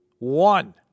One